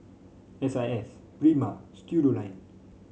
S I S Prima Studioline